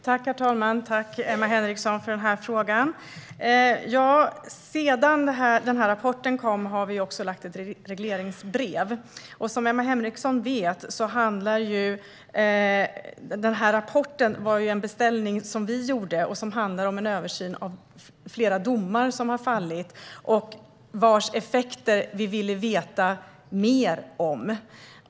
Herr talman! Tack, Emma Henriksson, för frågan. Sedan rapporten kom har vi lagt fram ett regleringsbrev. Som Emma Henriksson vet var rapporten en beställning som vi gjorde. Den är en översyn av flera domar som har fallit och vilkas effekter vi ville veta mer om.